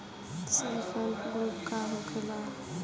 Self help group का होखेला?